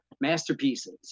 masterpieces